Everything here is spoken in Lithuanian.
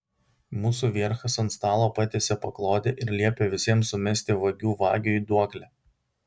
mūsų vierchas ant stalo patiesė paklodę ir liepė visiems sumesti vagių vagiui duoklę